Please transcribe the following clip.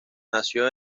nació